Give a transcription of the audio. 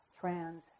trans